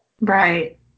Right